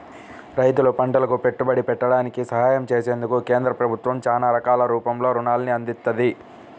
రైతులు పంటలకు పెట్టుబడి పెట్టడానికి సహాయం చేసేందుకు కేంద్ర ప్రభుత్వం చానా రకాల రూపంలో రుణాల్ని అందిత్తంది